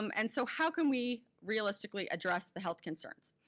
um and so how can we realistically address the health concerns?